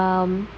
um